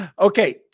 Okay